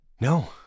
No